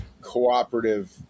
cooperative